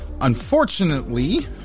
Unfortunately